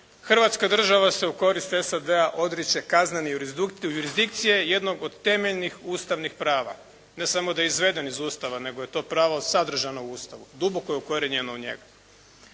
Hrvatska država se u korist SAD-a odriče kaznene jurisdikcije jednog od temeljnih ustavnih prava. Ne samo da je izveden iz Ustava nego je to pravo sadržano u Ustavu. Duboko je ukorijenjeno u njega.